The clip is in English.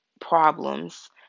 problems